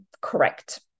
correct